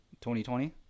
2020